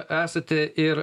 esate ir